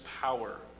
power